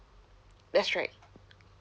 that's right